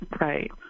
right